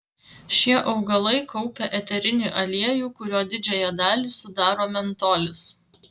šie augalai kaupia eterinį aliejų kurio didžiąją dalį sudaro mentolis